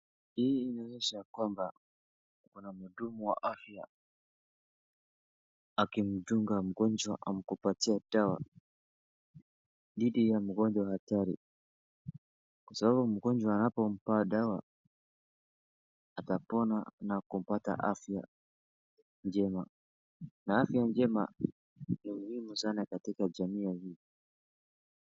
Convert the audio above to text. Hii inaonyesha ya kwamba kuna mhudumu wa afya akimdunga mgonjwa au kumpatia dawa dhidi ya magonjwa hatari. Sababu mgonjwa anapompa dawa atapona na kupata afya njema na afya njema ni muhimu sana katika jamii hii.